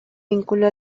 vinculó